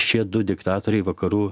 šie du diktatoriai vakarų